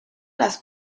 las